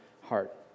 heart